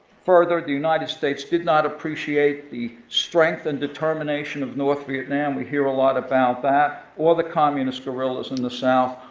further, the united states did not appreciate the strength and determination of north vietnam. we hear a lot about that, or the communist guerrillas in the south,